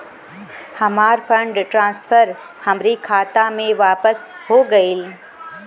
हमार fund transfer हमरे खाता मे वापस हो गईल